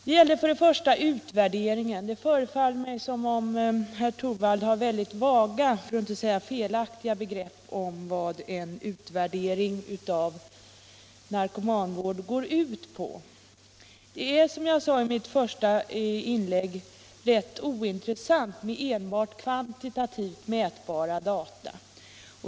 Han talade först om utvärderingen, men det förefaller mig som om herr Torwald har väldigt vaga för att inte säga felaktiga begrepp om vad en utvärdering av narkomanvård går ut på. Det är, som jag sade i mitt första anförande, rätt ointressant med enbart kvantitativt mätbara data.